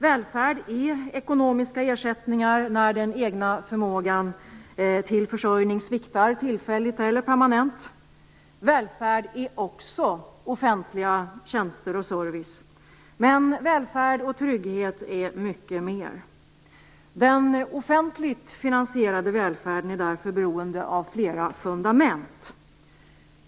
Välfärd är ekonomiska ersättningar när den egna förmågan till försörjning sviktar tilfälligt eller permanent. Välfärd är också offentliga tjänster och service. Men välfärd och trygghet är mycket mer. Den offentligt finansierade välfärden är därför beroende av flera fundament.